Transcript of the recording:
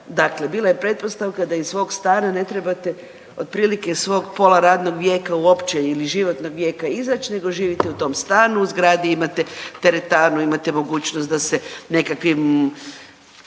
Dakle, bila je pretpostavka da iz svog stana ne trebate otprilike svog pola radnog vijeka uopće ili životnog vijeka izać nego živite u tom stanu, u zgradi imate teretanu, imate mogućnost da se nekakvim